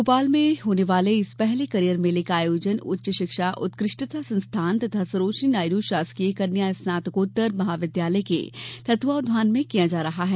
भोपाल में होने वाले इस पहले करियर मेले का आयोजन उच्च शिक्षा उत्कृष्टता संस्थान तथा सरोजिनी नायडू शासकीय कन्या स्नातकोत्तर महाविद्यालय के तत्वावधान में किया जा रहा है